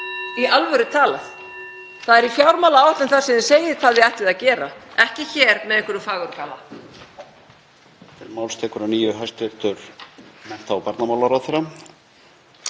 Í alvöru talað, það er í fjármálaáætlun þar sem segir hvað þið ætlið að gera, ekki hér með einhverjum fagurgala.